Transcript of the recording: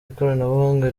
ikoranabuhanga